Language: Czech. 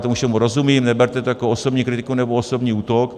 Tomu všemu rozumím, neberte to jako osobní kritiku nebo osobní útok.